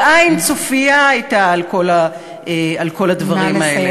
ועין צופייה הייתה על כל הדברים האלה.